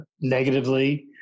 negatively